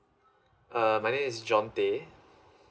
uh my name is john day